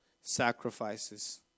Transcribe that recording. sacrifices